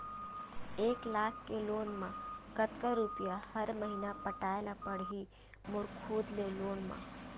एक लाख के लोन मा कतका रुपिया हर महीना पटाय ला पढ़ही मोर खुद ले लोन मा?